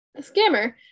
scammer